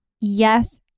yes